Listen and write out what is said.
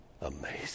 amazing